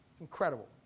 incredible